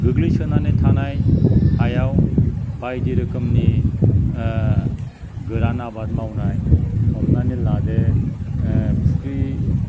गोग्लैसोनानै थानाय हायाव बायदि रोखोमनि गोरान आबाद मावनाय हमनानै लादो फुख्रि